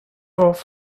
off